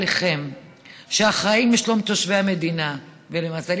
קרדיט לגברתי ולמפלגה שלך.